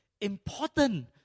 important